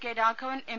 K Raghavan M